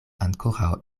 ankoraŭ